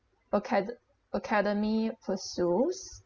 acade~ academy pursues